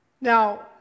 Now